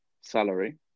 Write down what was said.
salary